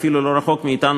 אפילו לא רחוק מאתנו,